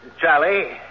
Charlie